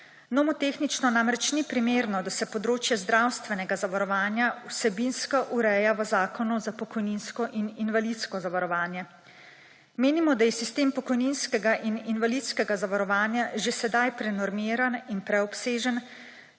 Nomotehnično namreč ni primerno, da se področje zdravstvenega zavarovanja vsebinsko ureja v zakonu za pokojninsko in invalidsko zavarovanje. Menimo, da je sistem pokojninskega in invalidskega zavarovanja že sedaj prenormiran in preobsežen,